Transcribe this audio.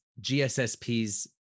GSSPs